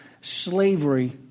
Slavery